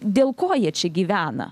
dėl ko jie čia gyvena